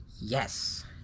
YES